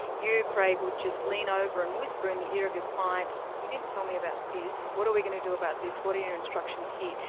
you, craig, would just lean over and whisper in the ear of your client, you didn't tell me about this what are we going to do about this? what are your instructions here?